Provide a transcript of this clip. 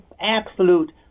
absolute